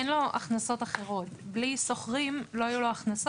אין לו הכנסות אחרות בלי שוכרים אין לו הכנסות,